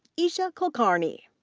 esha kulkarni.